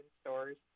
stores